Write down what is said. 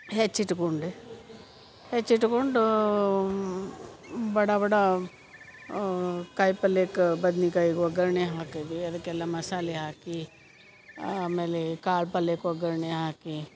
ಹೆಚ್ಚಿ ಇಟ್ಕೊಂಡೆ ಹೆಚ್ಚಿ ಇಟ್ಕೊಂಡು ಬಡ ಬಡ ಕಾಯಿ ಪಲ್ಲೇಕ್ ಬದ್ನಿಕಾಯಿ ಒಗ್ಗರ್ಣೆ ಹಾಕಿದೆ ಅದ್ಕೆಲ್ಲ ಮಸಾಲೆ ಹಾಕಿ ಆಮೇಲೆ ಕಾಳು ಪಲ್ಲೆಕ ಒಗ್ಗರಣೆ ಹಾಕಿ